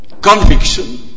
conviction